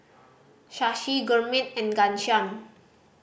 Shashi Gurmeet and Ghanshyam